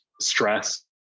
stress